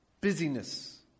Busyness